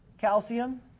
Calcium